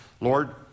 Lord